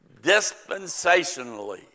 dispensationally